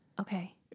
Okay